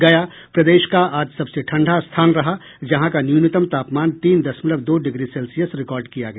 गया प्रदेश का आज सबसे ठंडा स्थान रहा जहां का न्यूनतम तापमान तीन दशमलव दो डिग्री सेल्सियस रिकॉर्ड किया गया